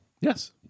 Yes